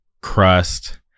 Crust